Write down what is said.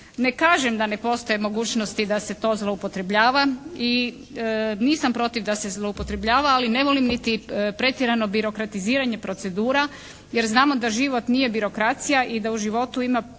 Ne kažem da ne postoji mogućnosti da se to zloupotrebljava i nisam protiv da se zloupotrebljava ali ne volim niti pretjerano birokratiziranje procedura jer znamo da život nije birokracija i da u životu ima